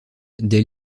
des